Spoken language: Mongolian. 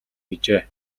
хийжээ